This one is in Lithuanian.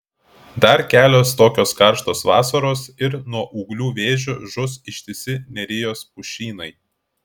dar kelios tokios karštos vasaros ir nuo ūglių vėžio žus ištisi nerijos pušynai